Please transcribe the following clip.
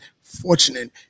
fortunate